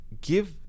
give